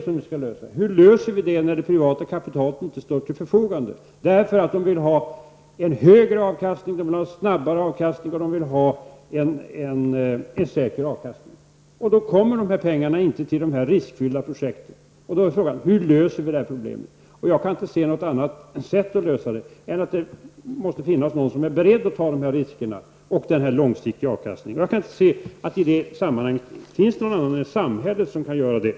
Hur kan vi lösa det när det privata kapitalet inte står till förfogande, eftersom man vill ha högre, snabbare och säkrare avkastning? De riskfyllda projekten får då inte pengar. Jag kan inte se någon annan lösning på problemet än att det måste finnas någon som är beredd att ta dessa risker och långsiktiga avkastningar. Jag kan inte i det sammanhanget finna någon annan än samhället som kan göra det.